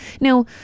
Now